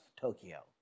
Tokyo